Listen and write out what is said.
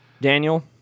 Daniel